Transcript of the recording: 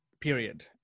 period